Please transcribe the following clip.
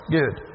Good